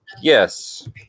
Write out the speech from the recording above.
Yes